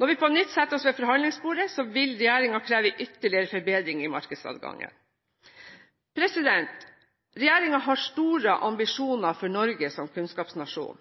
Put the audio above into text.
Når vi på nytt setter oss ved forhandlingsbordet, vil regjeringen kreve ytterligere forbedringer i markedsadgangen. Regjeringen har store ambisjoner for Norge som kunnskapsnasjon.